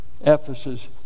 Ephesus